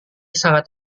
sangat